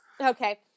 Okay